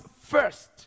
first